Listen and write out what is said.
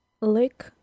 Lick